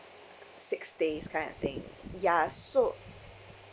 six days kind of thing ya so